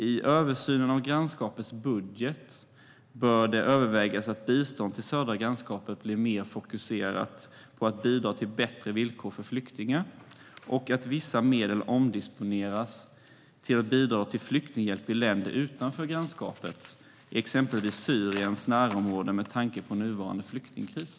I översynen av grannskapets budget bör det övervägas att bistånd till södra grannskapet blir mer fokuserat på att bidra till bättre villkor för flyktingar och att vissa medel omdisponeras till att bidra till flyktinghjälp i länder utanför grannskapet, exempelvis i Syriens närområde med tanke på nuvarande flyktingkris.